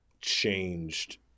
changed